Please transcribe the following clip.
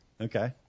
Okay